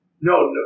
No